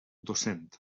docent